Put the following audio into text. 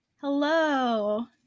hello